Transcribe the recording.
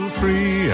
free